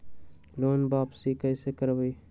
Loan वापसी कैसे करबी?